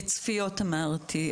צפיות אמרתי.